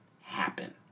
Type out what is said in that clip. happen